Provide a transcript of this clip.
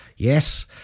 Yes